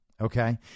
okay